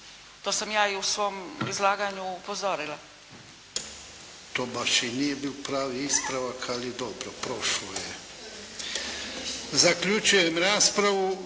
To sam ja i u svom izlaganju upozorila. **Jarnjak, Ivan (HDZ)** To baš i nije bio pravi ispravak, ali dobro, prošlo je. Zaključujem raspravu.